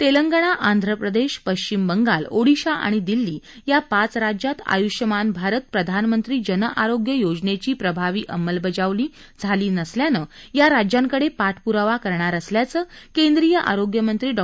तेलंगणा आंध्र प्रदेश पश्चिम बंगाल ओडिशा आणि दिल्ली या पाच राज्यात आय्ष्यमान भारत प्रधानमंत्री जन आरोग्य योजनेची प्रभावी अंमलबजावणी झाली नसल्यानं या राज्यांकडे पाठप्रावा करणार असल्याचं केंद्रीय आरोग्य मंत्री डॉ